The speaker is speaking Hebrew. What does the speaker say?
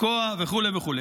תקוע וכו'.